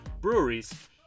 breweries